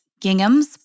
ginghams